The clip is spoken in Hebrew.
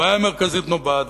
הבעיה המרכזית נובעת,